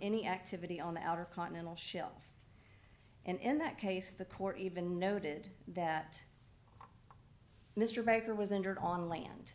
any activity on the outer continental shelf and in that case the court even noted that mr baker was injured on land